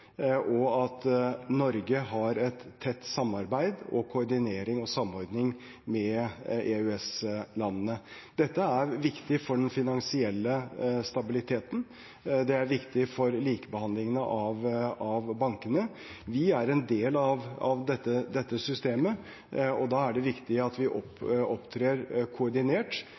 og at Norge har et tett samarbeid og koordinering og samordning med EØS-landene. Dette er viktig for den finansielle stabiliteten, det er viktig for likebehandlingen av bankene. Vi er en del av dette systemet, og da er det viktig at vi opptrer koordinert